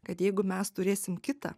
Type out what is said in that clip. kad jeigu mes turėsim kitą